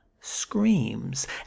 screams